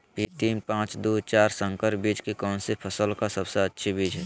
P तीन पांच दू चार संकर बीज कौन सी फसल का सबसे अच्छी बीज है?